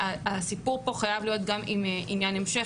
הסיפור פה חייב להיות גם עם עניין המשך